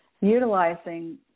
utilizing